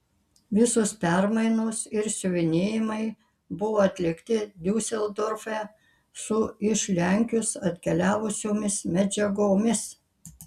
visos permainos ir siuvinėjimai buvo atlikti diuseldorfe su iš lenkijos atkeliavusiomis medžiagomis